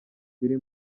biri